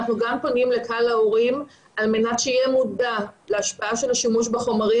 אנחנו פונים גם לקהל ההורים על מנת שיהיה מודע להשפעה של השימוש בחומרים